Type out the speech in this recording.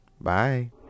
Bye